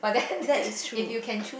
that is true